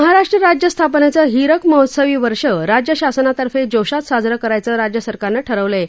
महाराष्ट्र राज्य स्थापनेचं हीरक महोत्सवी वर्ष राज्य शासनातर्फे जोशात साजरं करायचं राज्य सरकारनं ठरवलं आहे